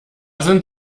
sind